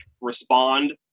respond